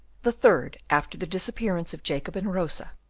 the third after the disappearance of jacob and rosa,